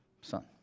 Son